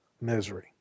misery